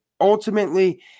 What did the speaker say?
ultimately